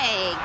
Hey